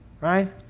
right